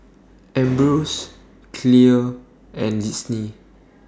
Ambros Clear and Disney